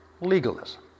Legalism